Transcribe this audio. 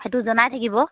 সেইটো জনাই থাকিব